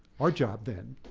our job then,